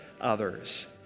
others